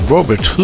Robert